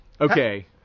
Okay